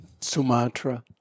Sumatra